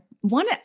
one